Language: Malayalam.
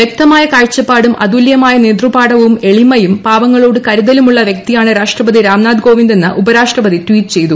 വ്യക്തമായ കാഴ്ചപ്പാടും അതുല്യമായ നേതൃത്വപാടവവും എളിമയും പാവങ്ങളോട് കരുതലും ഉള്ള വൃക്തിയാണ് രാഷ്ട്രപതി രാംനാഥ് കോവിന്ദ് എന്ന് ഉപരാഷ്ട്രപതി ട്വീറ്റ് ചെയ്തു